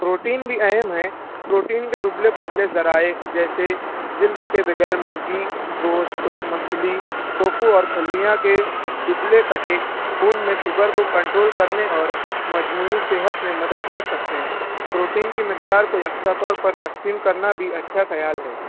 protein بھی اہم ہے پروٹین کے دبلے پتلے ذرائع جیسے جلد کے بغیر مرغی گوشت مچھلی ٹوپو اور پھلیاں کے دبلے کٹے خون میں شوگر کو کنٹرول کرنے اور مجموعی صحت میں مدد کر سکتے ہیں پروٹین کی مقدار کو یکساں طور پر تقسیم کرنا بھی اچھا خیال ہے